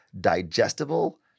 digestible